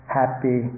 happy